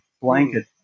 blanket